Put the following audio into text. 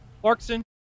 Clarkson